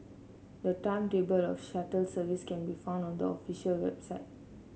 the timetable of the shuttle service can be found on the official website